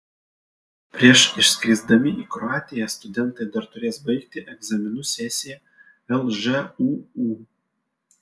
prieš išskrisdami į kroatiją studentai dar turės baigti egzaminų sesiją lžūu